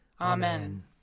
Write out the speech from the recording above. Amen